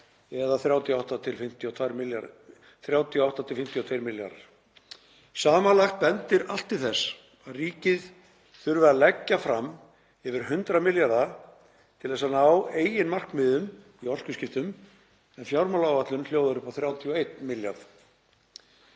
eða 38–52 milljarðar. Samanlagt bendir allt til þess að ríkið þurfi að leggja fram yfir 100 milljarða til að ná eigin markmiðum í orkuskiptum en fjármálaáætlun hljóðar upp á 31 milljarð.